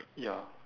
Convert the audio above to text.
ya